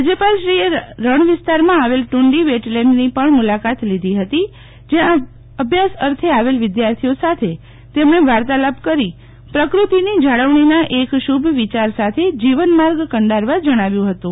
રાજ્યપાલશ્રીએ રણ વિસ્તારમાં આવેલ ટુંડી વેટલેન્ડની પણ મુલાકાત લીધી હતી જ્યાં અભ્યાસ અર્થે આવેલ વિધાર્થીઓ સાથે તેમણે વાર્તાલાપ કરી પ્રકૃતિ જાળવણીની એક શુભ વિયાર સાથે જીવન માર્ગ કંડારવા જણાવ્યુ હતું